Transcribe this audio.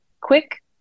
quick